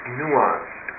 nuanced